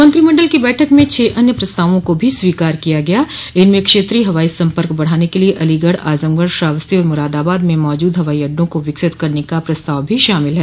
मंत्रिमण्डल की बैठक में छह अन्य प्रस्तावों को भी स्वीकार किया गया इनमें क्षेत्रीय हवाई सम्पर्क बढ़ाने के लिए अलीगढ़ आजमगढ़ श्रावस्ती और मुरादाबाद में मौजूद हवाई अड्डों को विकसित करने का प्रस्ताव भी शामिल है